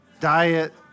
diet